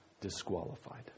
disqualified